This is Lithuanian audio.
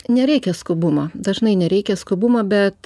nereikia skubumo dažnai nereikia skubumo bet